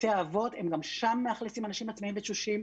גם שם מאכלסים אנשים בתנאים תשושים.